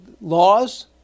laws